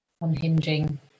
unhinging